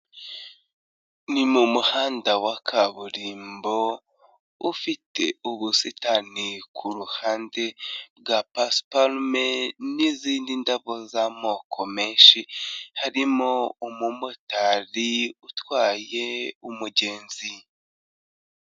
Ni mu muhanda wa kaburimbo ufite ubusitani ku ruhande rwa pasiparume n'izindi ndabo z'amoko menshi harimo umumotari utwaye umugenzi.